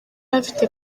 afite